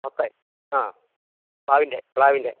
പത്തായീ ആ പാവിൻ്റെ പ്ലാവിൻ്റെ